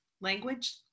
language